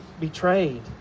betrayed